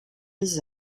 les